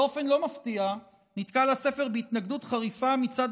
באופן לא מפתיע נתקל הספר בהתנגדות חריפה מצד